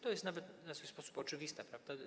To jest nawet na swój sposób oczywiste, prawda?